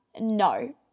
no